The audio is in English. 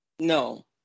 No